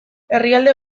herrialde